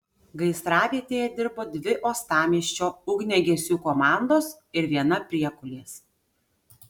gaisravietėje dirbo dvi uostamiesčio ugniagesių komandos ir viena priekulės